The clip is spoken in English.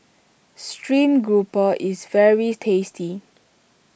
Stream Grouper is very tasty